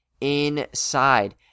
inside